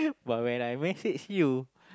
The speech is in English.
but when I message you